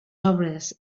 obres